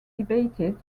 debated